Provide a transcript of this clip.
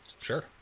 Sure